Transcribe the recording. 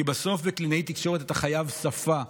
כי בסוף בקלינאות תקשורת אתה חייב שפה.